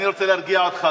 אני רוצה להרגיע אותך,